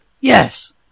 Yes